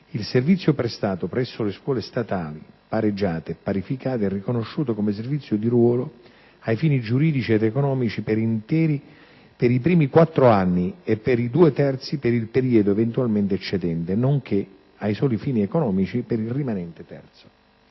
il servizio prestato presso le scuole statali, pareggiate e parificate è riconosciuto come servizio di ruolo ai fini giuridici ed economici per intero per i primi quattro anni e per i due terzi per il periodo eventualmente eccedente, nonché ai soli fini economici per il rimanente terzo.